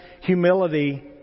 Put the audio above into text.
humility